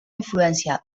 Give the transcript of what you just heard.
influència